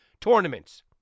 tournaments